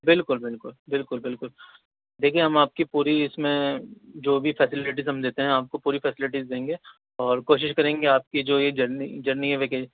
بالکل بالکل بالکل بالکل دیکھیے ہم آپ کی پوری اس میں جو بھی فیسیلیٹیز ہم دیتے ہیں آپ کو پوری فیسیلیٹیز دیں گے اور کوشش کریں گے آپ کی جو یہ جرنی جرنی ہے